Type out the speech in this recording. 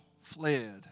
fled